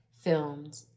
filmed